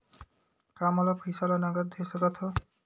का मोला पईसा ला नगद दे सकत हव?